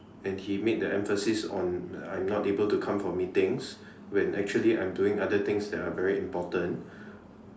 and he made the emphasis on I am not able to come for meetings when actually I am doing other things that are very important